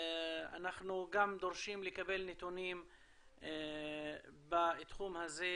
אנחנו דורשים לקבל נתונים בתחום הזה,